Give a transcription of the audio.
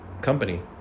company